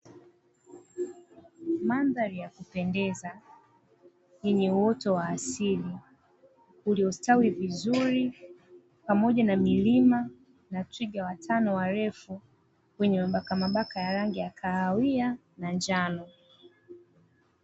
Mandhari ya kupendeza yenye uoto wa asili uliostawi vizuri, pamoja na milima na twiga watano warefu wenye mabakamabaka ya rangi ya kahawia na njano.